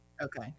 Okay